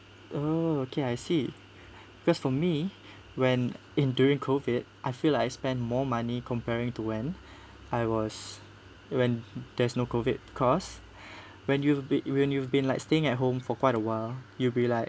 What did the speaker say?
oh okay I see because for me when in during COVID I feel like I spend more money comparing to when I was when there's no COVID because when you've been when you've been like staying at home for quite awhile you'll be like